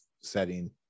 setting